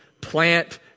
plant